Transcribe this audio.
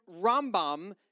Rambam